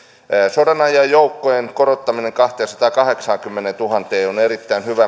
sodanajan joukkojen korottaminen kahteensataankahdeksaankymmeneentuhanteen on erittäin